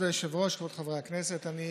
כבוד היושב-ראש, כבוד חברי הכנסת, אני